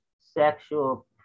sexual